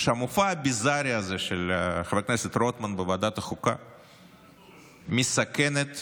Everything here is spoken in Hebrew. שהמופע הביזרי הזה של חבר הכנסת רוטמן בוועדת החוקה מסכן את